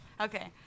Okay